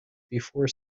before